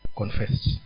confessed